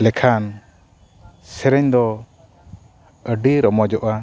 ᱞᱮᱠᱷᱟᱱ ᱥᱮᱨᱮᱧ ᱫᱚ ᱟᱹᱰᱤ ᱨᱚᱢᱚᱡᱚᱜᱼᱟ